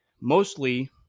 Mostly